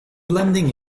blending